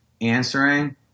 answering